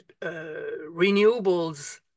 renewables